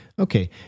Okay